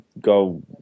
go